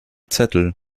zettel